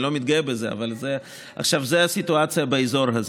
אני לא מתגאה בזה, זאת הסיטואציה באזור הזה.